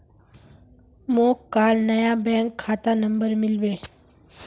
मोक काल नया बैंक खाता नंबर मिलबे